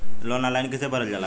Loan online कइसे भरल जाला?